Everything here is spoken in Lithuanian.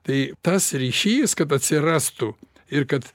tai tas ryšys kad atsirastų ir kad